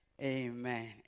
Amen